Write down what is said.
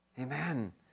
Amen